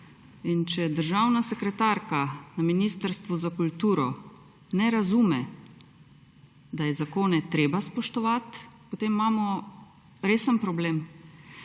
in če državna sekretarka na Ministrstvu za kulturo ne razume, da je zakone treba spoštovati, potem imamo resen problem.